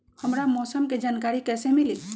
हमरा मौसम के जानकारी कैसी मिली?